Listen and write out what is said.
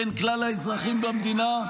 בין כלל האזרחים במדינה.